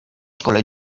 szkole